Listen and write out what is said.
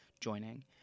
joining